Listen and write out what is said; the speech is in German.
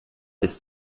ist